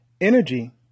Energy